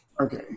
Okay